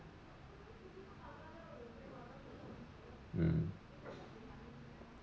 mm